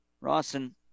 Rawson